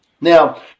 Now